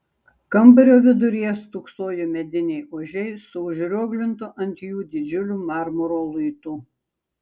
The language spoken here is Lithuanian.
kambario viduryje stūksojo mediniai ožiai su užrioglintu ant jų didžiuliu marmuro luitu